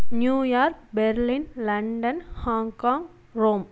New York Berlin London Hong Kong Rome